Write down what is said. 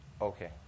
Okay